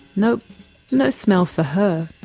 no no smell for her.